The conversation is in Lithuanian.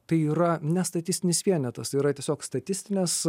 tai yra ne statistinis vienetas tai yra tiesiog statistinės